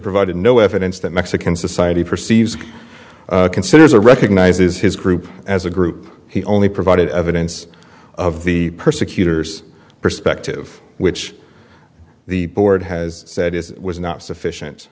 provided no evidence that mexican society perceives considers a recognizes his group as a group he only provided evidence of the persecutors perspective which the board has said it was not sufficient